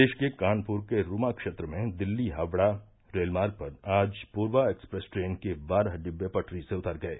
प्रदेश के कानपुर के रूमा क्षेत्र में दिल्ली हावड़ा रेलमार्ग पर आज पूर्वा एक्सप्रेस ट्रेन के बारह डिबे पटरी से उतर गये